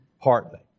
partly